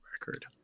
record